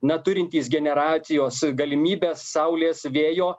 na turintys generacijos galimybę saulės vėjo